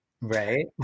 Right